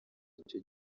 icyo